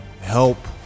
help